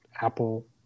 Apple